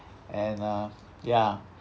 and uh ya